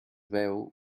veu